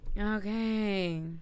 Okay